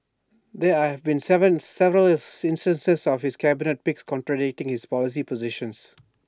there have been several instances of his cabinet picks contradicting his policy positions